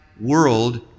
world